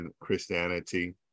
Christianity